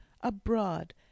Abroad